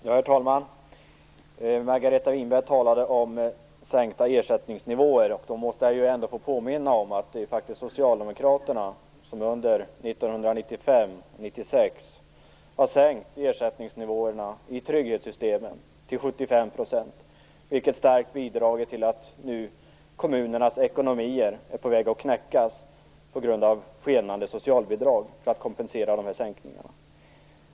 Herr talman! Margareta Winberg talade om sänkta ersättningsnivåer. Jag måste ändå få påminna om att det faktiskt är Socialdemokraterna som under 1995 och 1996 har sänkt ersättningsnivåerna i trygghetssystemet till 75 %, vilket starkt har bidragit till att kommunernas ekonomier nu är på väg att knäckas på grund av skenande kostnader för socialbidrag, som betalas ut för att kompensera dessa sänkningar.